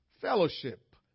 fellowship